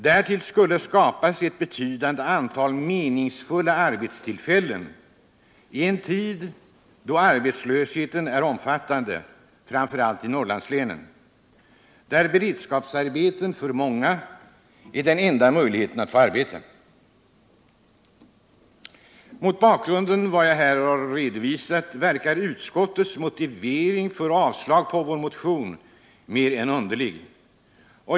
Därtill skulle skapas ett betydande antal meningsfulla arbetstillfällen, i en tid då arbetslösheten är omfattande, framför allt i Norrlandslänen, där beredskapsarbeten för många är den enda möjligheten att få arbete. Mot bakgrund av vad jag här redovisat verkar utskottets motivering för avslag på vår motion mer än underlig.